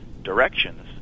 Directions